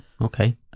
okay